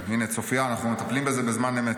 הינה צופיה, אנחנו מטפלים בזה בזמן אמת.